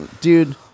dude